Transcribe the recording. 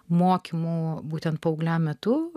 mokymų būtent paaugliams metu